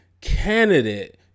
candidate